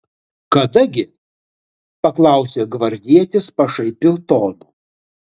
kada gi paklausė gvardietis pašaipiu tonu